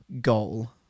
goal